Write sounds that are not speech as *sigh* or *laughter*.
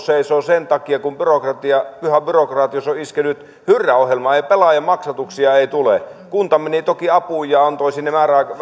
*unintelligible* seisoo sen takia kun pyhä byrokratius on iskenyt hyrrä ohjelma ei pelaa ja maksatuksia ei tule kunta meni toki apuun ja antoi sinne